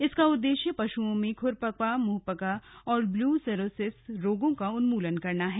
इसका उद्देश्य पशुओं में खुरपका मुंहपका और ब्रूसेलोसिस रोगों का उन्मूलन करना है